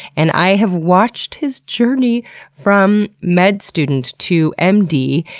and i have watched his journey from med student to m d,